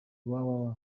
www